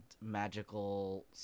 magical